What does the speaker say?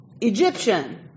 Egyptian